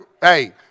hey